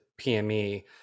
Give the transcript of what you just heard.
PME